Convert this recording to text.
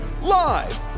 live